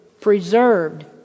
preserved